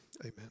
amen